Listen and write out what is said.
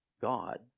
God